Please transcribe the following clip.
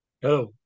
Hello